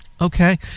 Okay